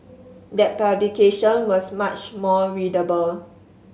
that publication was much more readable